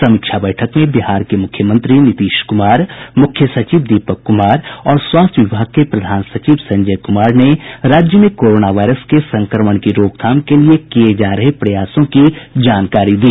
समीक्षा बैठक में बिहार के मुख्यमंत्री नीतीश कुमार मुख्य सचिव दीपक कुमार और स्वास्थ्य विभाग के प्रधान सचिव संजय कुमार ने राज्य में कोरोना वायरस के संक्रमण की रोकथाम के लिये किये जा रहे प्रयासों की जानकारी दी